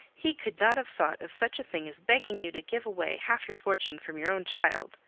he could not have thought of such a thing as begging you to give away half your fortune from your own child.